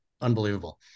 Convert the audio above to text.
unbelievable